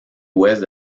ouest